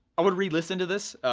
i would re-listen to this.